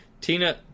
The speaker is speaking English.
Tina